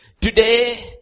Today